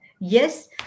yes